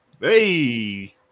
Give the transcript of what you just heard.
Hey